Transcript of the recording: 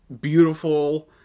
beautiful